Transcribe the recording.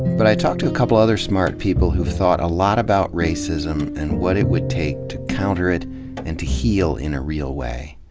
but i talked to a couple other smart people who've thought a lot about racism and what it would take to counter it and to heal in a real way.